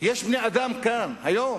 יש כאן היום